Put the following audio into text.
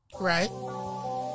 Right